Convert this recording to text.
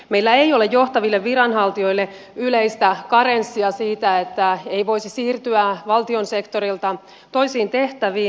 meillä ei ole johtaville viranhaltijoille yleistä karenssia siinä että ei voisi siirtyä valtion sektorilta toisiin tehtäviin